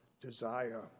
desire